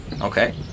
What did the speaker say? Okay